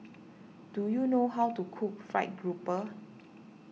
do you know how to cook Fried Grouper